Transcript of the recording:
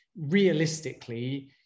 realistically